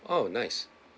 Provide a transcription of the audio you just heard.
oh nice